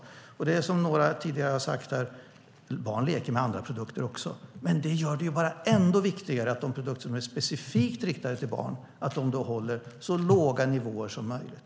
Visst är det som några har sagt här tidigare, att barn leker även med andra produkter. Men det gör det ju bara ännu viktigare att de produkter som är specifikt riktade till barn håller så låga nivåer som möjligt.